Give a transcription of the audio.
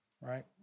right